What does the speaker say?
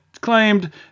claimed